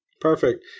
Perfect